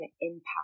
impact